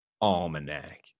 almanac